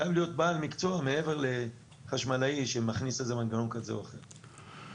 זה חייב להיות בעל מקצוע מעבר לחשמלאי שמכניס מנגנון כזה או אחר.